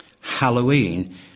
Halloween